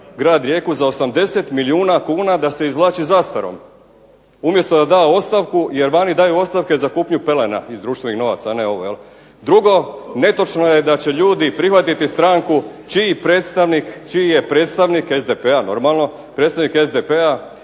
grad Rijeku za 80 milijuna kuna da se izvlači zastarom, umjesto da da ostavku, jer vani daju ostavke za kupnju pelena iz društvenih novaca, a ne ovo. Drugo, netočno je da će ljudi prihvatiti stranku čiji je predstavnik SDP-a normalno, predstavnik SDP-a